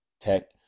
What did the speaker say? tech